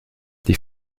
die